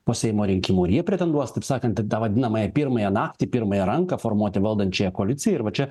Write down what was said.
po seimo rinkimų ir jie pretenduos taip sakant tą vadinamąją pirmąją naktį pirmąją ranką formuoti valdančiąją koaliciją ir va čia